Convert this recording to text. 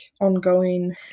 ongoing